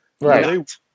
right